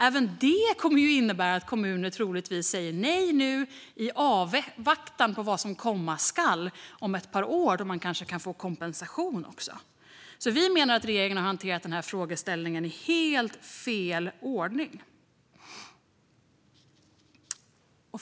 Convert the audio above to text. Även detta kommer att innebära att kommuner troligtvis nu säger nej i avvaktan på vad som komma skall om ett par år, då man kanske också kan få kompensation. Vi menar att regeringen har hanterat frågeställningen i helt fel ordning.